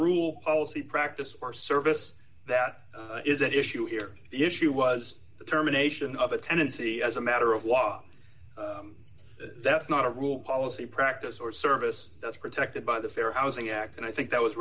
rule policy practice or service that is at issue here the issue was the terminations of a tendency as a matter of law that's not a rule policy practice or service that's protected by the fair housing act and i think that was